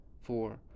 four